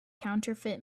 counterfeit